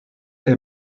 est